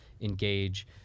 engage